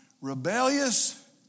rebellious